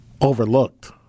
overlooked